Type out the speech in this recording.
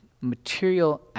material